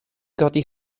godi